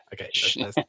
okay